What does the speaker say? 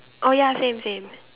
oh ya same same